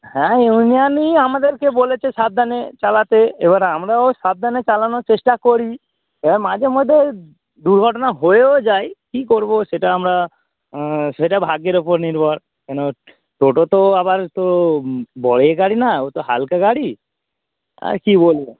হ্যাঁ ইউনিয়নই আমাদেরকে বলেছে সাবধানে চালাতে এবার আমরাও সাবধানে চালানোর চেষ্টা করি এবার মাঝে মধ্যে দুর্ঘটনা হয়েও যায় কী করবো সেটা আমরা সেটা ভাগ্যের ওপর নির্ভর কেন টোটো তো আবার তো ব এ গাড়ি না ও তো হালকা গাড়ি আর কি বলবো